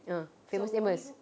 ah Famous Amos